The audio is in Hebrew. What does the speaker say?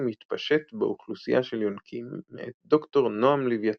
מתפשט באוכלוסייה של יונקים מאת ד"ר נעם לויתן,